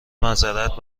معذرت